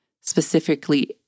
specifically